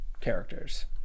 characters